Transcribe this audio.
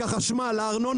הארנונה,